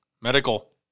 medical